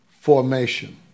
formation